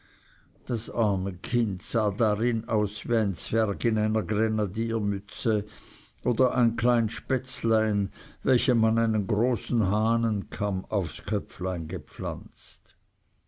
das arme kind sah darin aus wie ein zwerg in einer grenadiermütze oder ein klein spätzlein welchem man einen großen hahnenkamm aufs köpflein gepflanzt